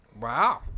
Wow